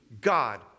God